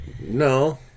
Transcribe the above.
No